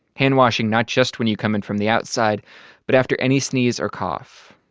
hand-washing not just when you come in from the outside but after any sneeze or cough.